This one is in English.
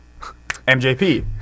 mjp